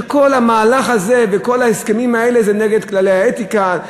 כל המהלך הזה וכל ההסכמים האלה הם נגד כללי האתיקה,